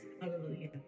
Hallelujah